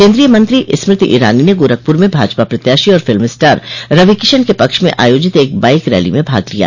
केन्द्रीय मंत्री स्मृति ईरानी ने गोरखपुर में भाजपा प्रत्याशी और फिल्म स्टार रविकिशन के पक्ष में आयोजित एक बाईक रैली में भाग लिया